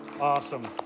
Awesome